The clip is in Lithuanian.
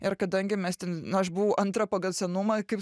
ir kadangi mes ten na aš buvau antra pagal senumą kaip